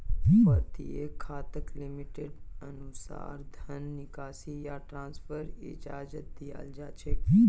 प्रत्येक खाताक लिमिटेर अनुसा र धन निकासी या ट्रान्स्फरेर इजाजत दीयाल जा छेक